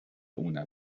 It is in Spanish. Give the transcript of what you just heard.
una